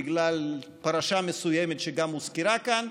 בגלל פרשה מסוימת שגם הוזכרה כאן,